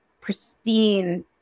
pristine